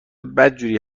بدجوری